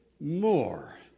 more